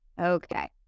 Okay